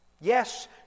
Yes